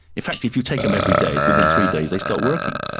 in fact if you take them every day, within three days they stop working.